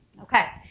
okay,